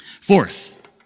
Fourth